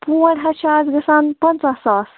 پوٗنڈ حظ چھِ اَز گژھان پَنٛژاہ ساس